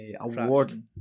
award